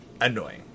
annoying